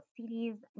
CDs